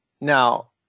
now